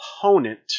opponent